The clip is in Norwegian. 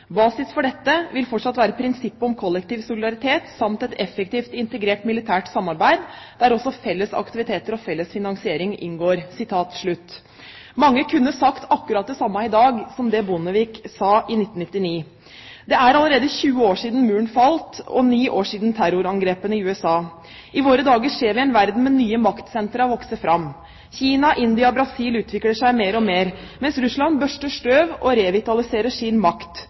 Basis for dette vil fortsatt være prinsippet om kollektiv solidaritet, samt et effektivt integrert militært samarbeid, der også felles aktiviteter og felles finansiering inngår.» Mange kunne sagt akkurat det samme i dag som det Bondevik sa i 1999. Det er allerede 20 år siden Muren falt og 9 år siden terrorangrepene i USA. I våre dager ser vi en verden med nye maktsentre vokse fram. Kina, India og Brasil utvikler seg mer og mer, mens Russland børster støv og revitaliserer sin makt.